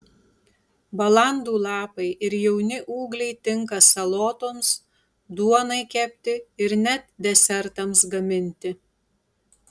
balandų lapai ir jauni ūgliai tinka salotoms duonai kepti ir net desertams gaminti